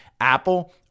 Apple